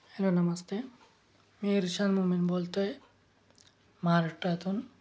hello namaste मी इर्शान मुमिन बोलतो आहे महाराष्ट्रातून